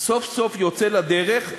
סוף-סוף יוצא לדרך,